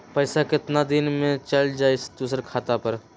पैसा कितना दिन में चल जाई दुसर खाता पर?